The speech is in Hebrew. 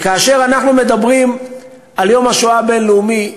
וכאשר אנחנו מדברים על יום השואה הבין-לאומי,